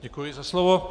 Děkuji za slovo.